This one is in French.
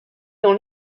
dans